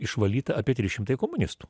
išvalyta apie trys šimtai komunistų